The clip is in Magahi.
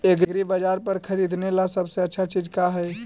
एग्रीबाजार पर खरीदने ला सबसे अच्छा चीज का हई?